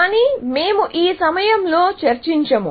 కానీ మేము ఈ సమయంలో చర్చించము